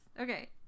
Okay